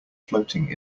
floating